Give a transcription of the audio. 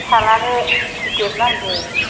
फिसालानो गिदिर नांगौ